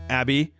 abby